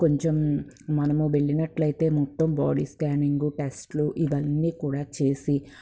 కొంచెం మనము వెళ్ళినట్లయితే మొత్తం బాడీ స్కానింగు టెస్ట్లు ఇవన్నీ కూడా చేసి